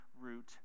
root